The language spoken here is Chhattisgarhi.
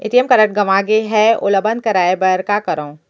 ए.टी.एम कारड गंवा गे है ओला बंद कराये बर का करंव?